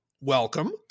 welcome